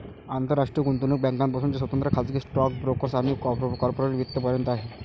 आंतरराष्ट्रीय गुंतवणूक बँकांपासून ते स्वतंत्र खाजगी स्टॉक ब्रोकर्स आणि कॉर्पोरेट वित्त पर्यंत आहे